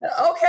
okay